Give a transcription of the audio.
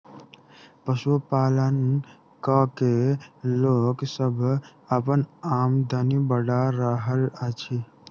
पशुपालन क के लोक सभ अपन आमदनी बढ़ा रहल अछि